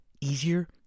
easier